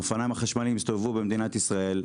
האופניים החשמליים הסתובבו במדינת ישראל,